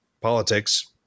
politics